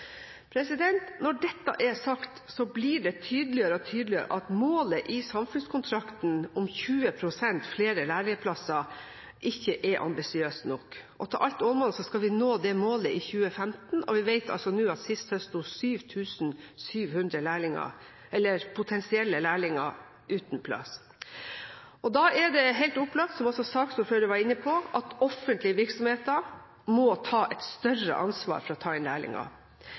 Når dette er sagt, blir det tydeligere og tydeligere at målet i samfunnskontrakten om 20 pst. flere lærlingplasser ikke er ambisiøst nok. Til alt overmål skal vi nå det målet i 2015, og vi vet altså nå at sist høst sto 7 700 potensielle lærlinger uten plass. Da er det helt opplagt, som også saksordføreren var inne på, at offentlige virksomheter må ta et større ansvar for å ta inn